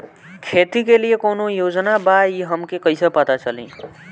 खेती के लिए कौने योजना बा ई हमके कईसे पता चली?